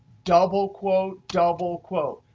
double quote, double quote,